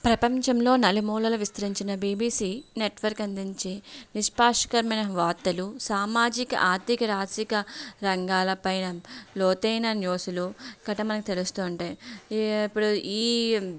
ప్రపంచంలో నలుమూలలు విస్తరించిన బీబీసీ నెట్వర్క్ అందించే నిష్పాక్షికమైన వార్తలు సామాజిక ఆర్దిక రాసిక రంగాలపైన లోతైన న్యూస్లు గట్రా మనకు తెలుస్తూ ఉంటాయి ఈ ఇప్పుడు ఈ